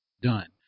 Done